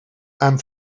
and